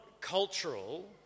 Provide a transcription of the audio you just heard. cultural